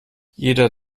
jeder